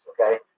okay